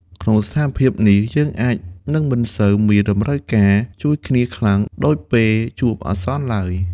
ក្នុងស្ថានភាពនេះ យើងអាចនឹងមិនសូវមានតម្រូវការជួយគ្នាខ្លាំងក្លាដូចពេលជួបអាសន្នឡើយ។